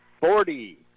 Forty